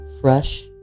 fresh